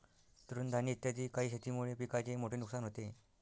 तृणधानी इत्यादी काही शेतीमुळे पिकाचे मोठे नुकसान होते